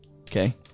okay